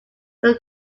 will